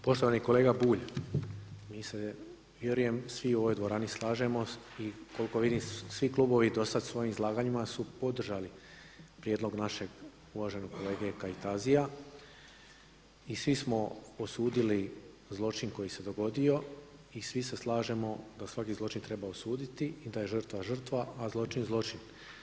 Poštovani kolega Bulj, mi se vjerujem svi u ovoj dvorani slažemo i koliko vidim svi klubovi do sada svojim izlaganjima su podržali prijedlog našeg uvaženog kolege Kajtazija i svi smo osudili zločin koji se dogodio i svi se slažemo da svaki zločin treba osuditi i da je žrtva žrtva a zločin zločin.